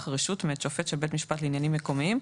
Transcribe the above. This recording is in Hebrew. רשות מאת שופט של בית משפט לעניינים מקומיים,